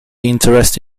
interest